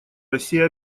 россия